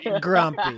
Grumpy